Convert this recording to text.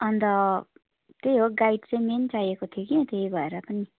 अन्त त्यही हो गाइड चाहिँ मेन चाहिएको थियो कि त्यही भएर पनि